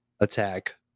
Attack